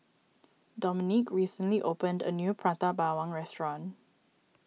Dominique recently opened a new Prata Bawang Restaurant